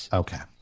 okay